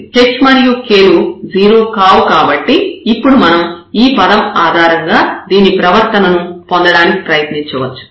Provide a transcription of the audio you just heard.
h మరియు k లు 0 కావు కాబట్టి ఇప్పుడు మనం ఈ పదం ఆధారంగా దీని ప్రవర్తనను పొందడానికి ప్రయత్నించవచ్చు